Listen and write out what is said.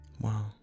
Wow